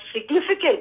significant